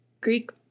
Greek